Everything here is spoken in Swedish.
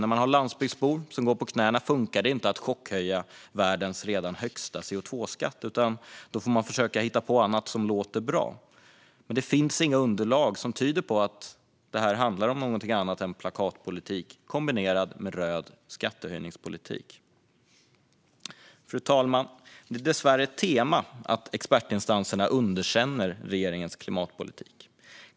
När det finns landsbygdsbor som går på knäna funkar det inte att chockhöja världens redan högsta CO2-skatt, utan då får man försöka hitta på annat som låter bra. Det finns inga underlag som tyder på att det handlar om något annat än plakatpolitik kombinerad med röd skattehöjningspolitik. Fru talman! Det är dessvärre ett tema att expertinstanserna underkänner regeringens klimatpolitik.